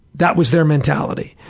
that was their mentality.